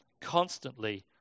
constantly